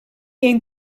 een